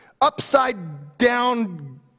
upside-down